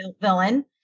villain